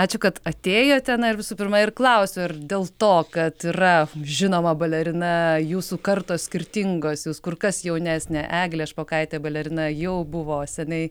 ačiū kad atėjote na ir visų pirma ir klausiu ar dėl to kad yra žinoma balerina jūsų kartos skirtingos jūs kur kas jaunesnė eglė špokaitė balerina jau buvo senai